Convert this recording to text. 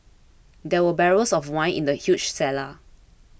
there were barrels of wine in the huge cellar